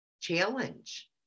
challenge